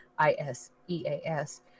ISEAS